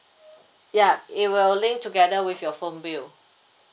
ya it will link together with your phone bill